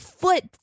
foot